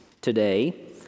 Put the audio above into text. today